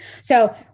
So-